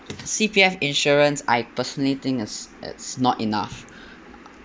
C_P_F insurance I personally think it's it's not enough